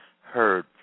heard